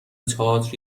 تئاتر